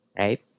right